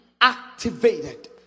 activated